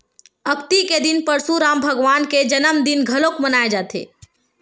अक्ती के दिन परसुराम भगवान के जनमदिन घलोक मनाए जाथे